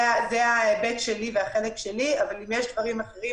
זה ההיבט שלי והחלק שלי אבל אם יש דברים אחרים,